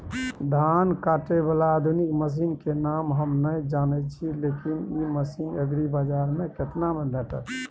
धान काटय बाला आधुनिक मसीन के नाम हम नय जानय छी, लेकिन इ मसीन एग्रीबाजार में केतना में भेटत?